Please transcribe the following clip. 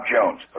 Jones